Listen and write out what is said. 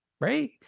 right